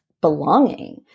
belonging